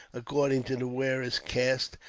according to the wearer's caste,